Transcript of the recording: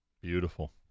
Beautiful